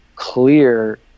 clear